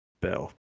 Bell